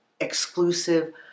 exclusive